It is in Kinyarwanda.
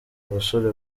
abasore